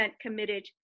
committed